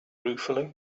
ruefully